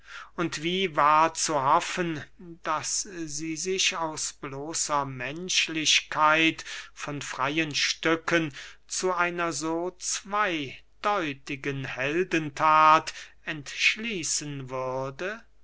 und wie war zu hoffen daß sie sich aus bloßer menschlichkeit von freyen stücken zu einer so zweydeutigen heldenthat entschließen würde